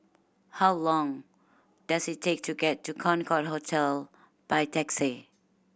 how long does it take to get to Concorde Hotel by taxi